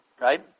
right